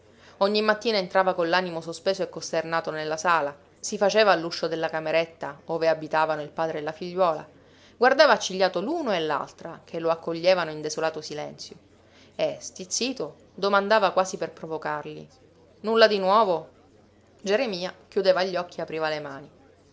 ogni mattina entrava con l'animo sospeso e costernato nella sala si faceva all'uscio della cameretta ove abitavano il padre e la figliuola guardava accigliato l'uno e l'altra che lo accoglievano in desolato silenzio e stizzito domandava quasi per provocarli nulla di nuovo geremia chiudeva gli occhi e apriva le mani